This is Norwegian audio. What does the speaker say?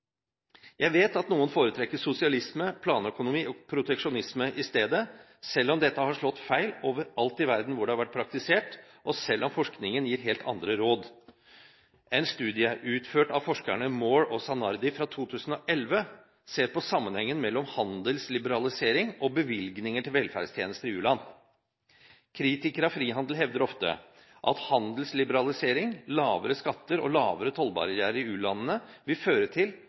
Jeg vet at noen foretrekker sosialisme, planøkonomi og proteksjonisme i stedet, selv om dette har slått feil overalt i verden hvor det har vært praktisert, og selv om forskningen gir helt andre råd. En studie utført av forskerne Moore og Zanardi fra 2011 ser på sammenhengen mellom handelsliberalisering og bevilgninger til velferdstjenester i u-land. Kritikere av frihandel hevder ofte at handelsliberalisering, lavere skatter og lavere tollbarrierer i u-landene vil føre til at disse landene mister inntekter, som igjen fører til